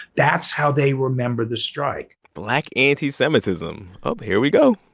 that's how they remember the strike black anti-semitism. um here we go